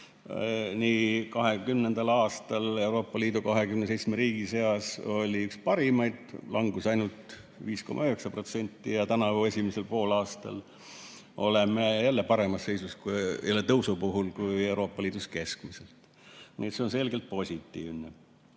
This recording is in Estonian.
2020. aastal Euroopa Liidu 27 riigi seas oli üks parimaid, langus ainult 5,9%, ja tänavu esimesel poolaastal oleme jälle paremas seisus tõusu puhul kui Euroopa Liidus keskmiselt. Nii et see on selgelt positiivne.